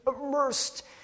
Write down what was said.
immersed